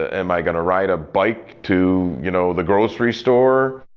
am i going to ride a bike to you know the grocery store?